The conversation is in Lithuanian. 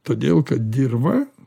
todėl kad dirva